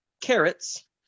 carrots